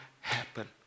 happen